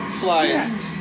sliced